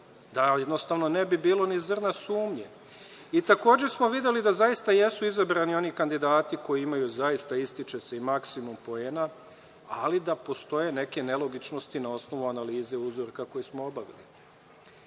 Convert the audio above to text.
da jednostavno ne bi bilo ni zrna sumnje. Takođe smo videli da zaista jesu izabrani oni kandidati koji imaju zaista „ističe se“ i maksimum poena, ali da postoje neke nelogičnosti na osnovu analize uzorka koju smo obavili.